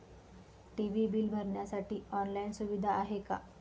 TV bill भरण्यासाठी online सुविधा आहे का?